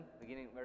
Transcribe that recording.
beginning